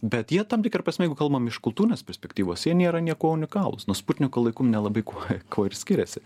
bet jie tam tikra prasme jeigu kalbam iš kultūrinės perspektyvos jie nėra niekuo unikalūs nuo sputniko laikų nelabai kuo kuo ir skiriasi